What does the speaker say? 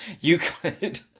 Euclid